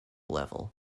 level